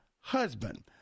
husband